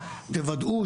אתה יודע,